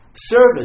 Service